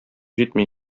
җитми